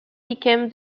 became